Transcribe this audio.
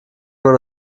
man